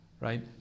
Right